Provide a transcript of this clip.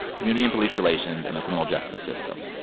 community and police relations and the criminal justice system.